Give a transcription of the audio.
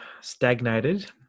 stagnated